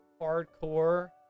hardcore